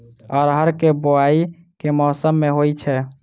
अरहर केँ बोवायी केँ मौसम मे होइ छैय?